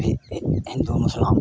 ही ही हिन्दू मुसलमान